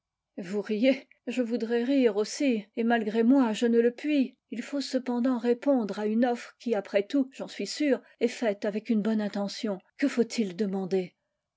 vous riez je voudrais rire ausi et malgré moi je ne le puis il faut cependant répondre à une offre qui après tout j'en suis sûre est faite avec une bonne intention que faut-il demander